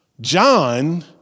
John